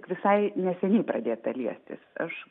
visai neseniai pradėta liestis aš